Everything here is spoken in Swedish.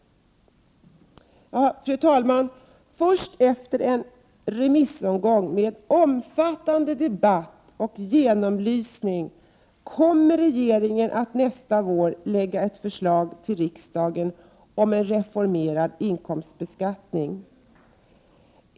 Fru talman! Först efter en remissomgång med omfattande debatt och genomlysning kommer regeringen nästa vår att lägga fram ett förslag för riksdagen om reformerad inkomstbeskattning.